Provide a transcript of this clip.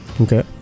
Okay